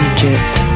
Egypt